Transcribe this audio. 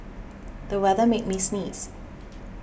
the weather made me sneeze